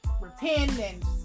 repentance